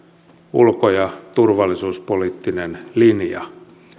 ulko ja turvallisuuspoliittinen linja